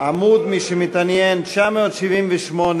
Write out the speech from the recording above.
עמוד 978,